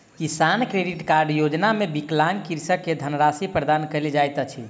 किसान credit card योजना मे विकलांग कृषक के धनराशि प्रदान कयल जाइत अछि